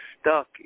stuck